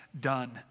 done